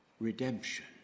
redemption